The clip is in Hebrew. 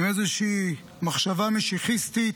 עם איזושהי מחשבה משיחיסטית.